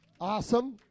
Awesome